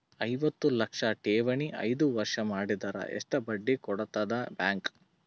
ಐವತ್ತು ಲಕ್ಷ ಠೇವಣಿ ಐದು ವರ್ಷ ಮಾಡಿದರ ಎಷ್ಟ ಬಡ್ಡಿ ಕೊಡತದ ಬ್ಯಾಂಕ್?